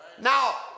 Now